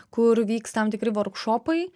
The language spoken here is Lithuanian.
kur vyks tam tikri vorkšopai